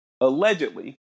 Allegedly